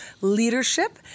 Leadership